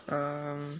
um